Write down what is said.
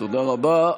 תודה רבה.